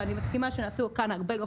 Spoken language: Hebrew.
אני מסכימה שנעשו כאן הרבה רפורמות.